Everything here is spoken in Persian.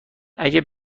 اگه